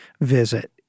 visit